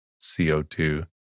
CO2